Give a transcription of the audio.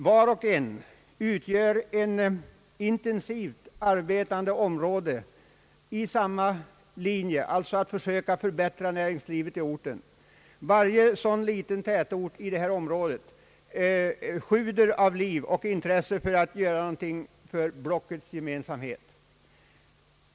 Var och en av dessa utgör ett intensivt arbetande område, var och en med sikte på att försöka förbättra det lokala näringslivet. Varenda tätort i detta område sjuder av liv och intresse för att göra något för sysselsättningen i blocket.